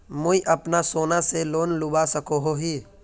मुई अपना सोना से लोन लुबा सकोहो ही?